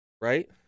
right